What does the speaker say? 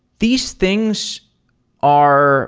these things are